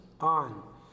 on